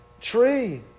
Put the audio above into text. tree